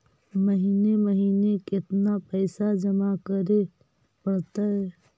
महिने महिने केतना पैसा जमा करे पड़तै?